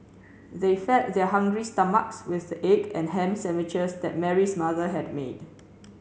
they fed their hungry stomachs with the egg and ham sandwiches that Mary's mother had made